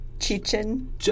Chichen